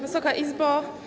Wysoka Izbo!